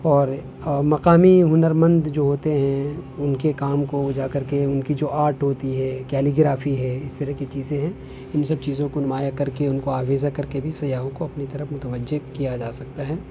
اور مقامی ہنر مند جو ہوتے ہیں ان کے کام کو وہ جا کر کے ان کی کی جو آٹ ہوتی ہے کیلیگرافی ہے اس طرح کی چیزیں ہیں ان سب چیزوں کو نمایاں کر کے ان کو آویزہ کر کے بھی سیاحوں کو اپنی طرف متوجہ کیا جا سکتا ہے